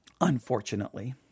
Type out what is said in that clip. unfortunately